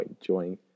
enjoying